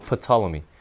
Ptolemy